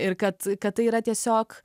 ir kad kad tai yra tiesiog